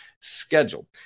schedule